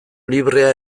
librea